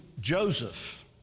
Joseph